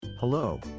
Hello